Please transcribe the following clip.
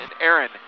Aaron